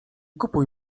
kupuj